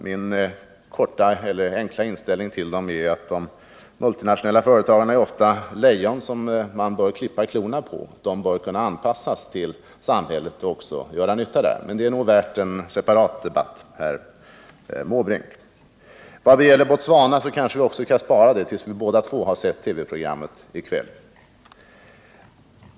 Min enkla inställning till dem är att de ofta är lejon som man bör klippa klorna på. De bör kunna anpassas till samhället och också göra nytta där. Men den frågan är nog värd en separat debatt, herr Måbrink. I vad gäller Botswana kanske vi skall vänta med en debatt tills vi bägge två har sett kvällens TV-program.